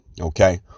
Okay